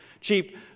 cheap